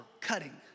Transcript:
cutting